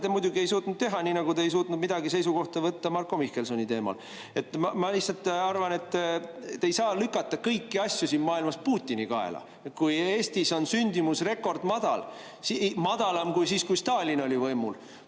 te muidugi ei suutnud teha, nii nagu te ei suutnud seisukohta võtta Marko Mihkelsoni teemal. Ma lihtsalt arvan, et te ei saa lükata kõiki asju siin maailmas Putini kaela. Kui Eestis on sündimus rekordmadal, madalam kui siis, kui Stalin oli võimul,